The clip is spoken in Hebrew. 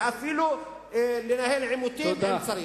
ואפילו לנהל עימותים אם צריך.